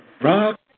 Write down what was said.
Rock